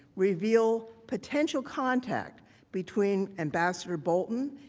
reveal potential contact between ambassador bolton,